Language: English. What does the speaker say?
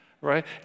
Right